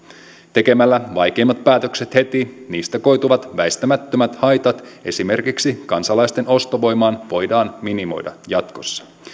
tekemällä vaikeimmat päätökset heti niistä koituvat väistämättömät haitat esimerkiksi kansalaisten ostovoimaan voidaan minimoida jatkossa